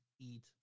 eat